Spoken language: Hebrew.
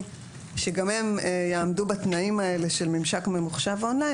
שגם הם יעמדו בתנאים האלה של ממשק ממוחשב און-ליין,